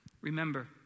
Remember